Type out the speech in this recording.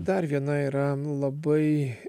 dar viena yra labai